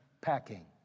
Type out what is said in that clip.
packing